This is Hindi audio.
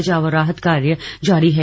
बचाव और राहत कार्य जारी है